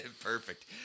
Perfect